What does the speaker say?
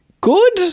good